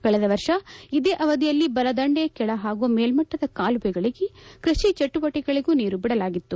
ಕಳೆದ ವರ್ಷ ಇದೇ ಅವಧಿಯಲ್ಲಿ ಬಲದಂಡೆ ಕೆಳ ಪಾಗೂ ಮೇಲಟ್ಟದ ಕಾಲುವೆಗಳಿಗೆ ಕೃಷಿ ಚಟುವಟಕೆಗಳಿಗೂ ನೀರು ಬಿಡಲಾಗಿತ್ತು